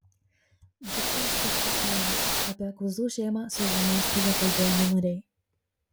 viktoras aukštakalnis apie kuzų šeimą su žiniasklaida kalbėjo nenoriai